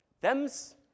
Them's